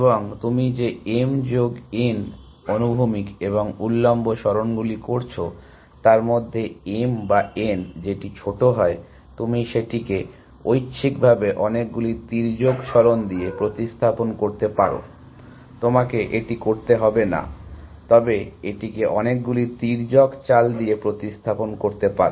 এবং তুমি যে m যোগ n অনুভূমিক এবং উল্লম্ব সরণগুলি করছো তার মধ্যে m বা n যেটি ছোট হয় তুমি সেটাকে ঐচ্ছিকভাবে অনেকগুলি তির্যক সরণ দিয়ে প্রতিস্থাপন করতে পারো তোমাকে এটি করতে হবে না তবে এটিকে অনেকগুলি তির্যক চাল দিয়ে প্রতিস্থাপন করতে পারো